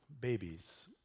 babies